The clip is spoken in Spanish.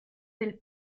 del